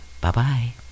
Bye-bye